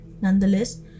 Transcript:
Nonetheless